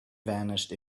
vanished